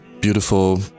beautiful